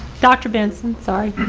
dr. benson, sorry.